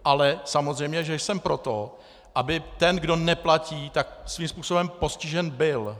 Ale samozřejmě že jsem pro to, aby ten, kdo neplatí, svým způsobem postižen byl.